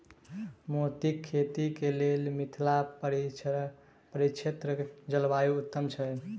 मोतीक खेती केँ लेल मिथिला परिक्षेत्रक जलवायु उत्तम छै?